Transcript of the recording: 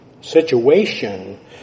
situation